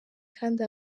kandi